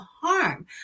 harm